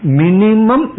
minimum